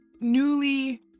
newly